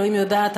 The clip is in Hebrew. אלוהים יודעת,